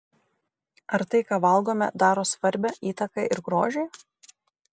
ar tai ką valgome daro svarbią įtaką ir grožiui